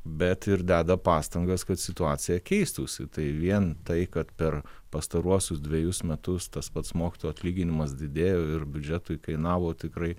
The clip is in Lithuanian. bet ir deda pastangas kad situacija keistųsi tai vien tai kad per pastaruosius dvejus metus tas pats mokytojo atlyginimas didėjo ir biudžetui kainavo tikrai